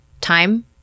time